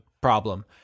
problem